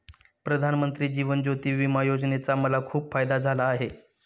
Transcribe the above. प्रधानमंत्री जीवन ज्योती विमा योजनेचा मला खूप फायदा झाला आहे